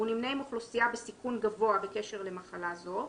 והוא נמנה עם אוכלוסייה בסיכון גבוה בקשר למחלה זו,